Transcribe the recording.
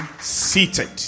seated